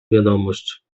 wiadomość